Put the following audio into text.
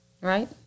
Right